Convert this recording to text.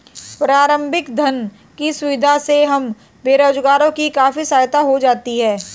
प्रारंभिक धन की सुविधा से हम बेरोजगारों की काफी सहायता हो जाती है